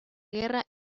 guerra